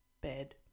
bed